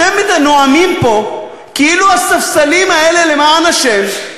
אתם נואמים פה כאילו הספסלים האלה, למען השם,